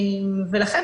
ולכן,